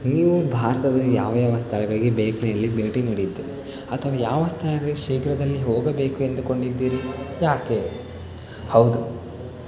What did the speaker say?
ನೀವು ಭಾರತದ ಯಾವ ಯಾವ ಸ್ಥಳಗಳಿಗೆ ಬೈಕ್ನಲ್ಲಿ ಭೇಟಿ ನೀಡಿದ್ದು ಅಥವಾ ಯಾವ ಸ್ಥಳಗಳಿಗೆ ಶೀಘ್ರದಲ್ಲಿ ಹೋಗಬೇಕು ಎಂದುಕೊಂಡಿದ್ದೀರಿ ಯಾಕೆ ಹೌದು